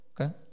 Okay